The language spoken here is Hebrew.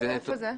איפה זה?